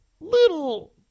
little